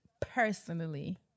personally